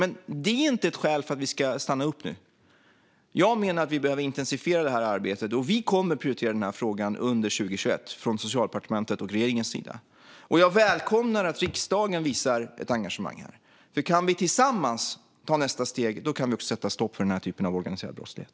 Men det är inte ett skäl för oss att stanna upp nu. Jag menar att vi behöver intensifiera det här arbetet. Vi kommer att prioritera den här frågan under 2021 från Socialdepartementets och regeringens sida. Jag välkomnar att riksdagen visar engagemang. Kan vi ta nästa steg tillsammans kan vi också sätta stopp för den här typen av organiserad brottslighet.